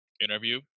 interview